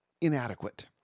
inadequate